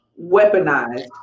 weaponized